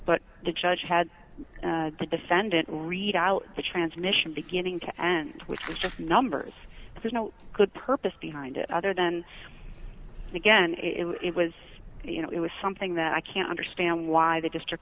but the judge had the defendant read out the transmission beginning to end which is just numbers there's no good purpose behind it other than again it was you know it was something that i can't understand why the district